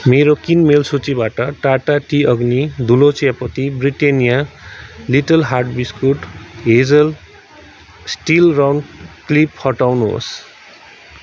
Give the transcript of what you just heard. मेरो किनमेल सूचीबाट टाटा टी अग्नी धुलो चियापत्त ब्रिटानिया लिटल हार्ट बिस्कुट र हेजल स्टिल राउन्ड क्लिप हटाउनुहोस्